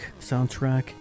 soundtrack